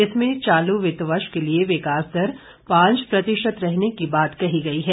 इसमें चालू वित्त वर्ष के लिए विकास दर पांच प्रतिशत रहने की बात कही गई है